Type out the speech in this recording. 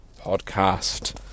Podcast